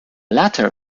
latter